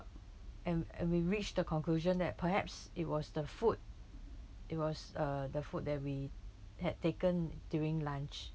and and we reached the conclusion that perhaps it was the food it was uh the food that we had taken during lunch